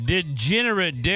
Degenerate